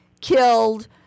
killed